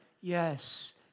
yes